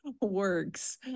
works